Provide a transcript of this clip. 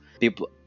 people